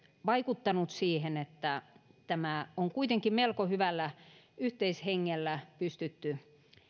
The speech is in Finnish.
vaikuttanut siihen että tämä on kuitenkin melko hyvällä yhteishengellä pystytty